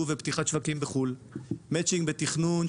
ובפתיחת שווקים בחו"ל; מצ׳ינג בתכנון,